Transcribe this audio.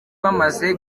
bamaze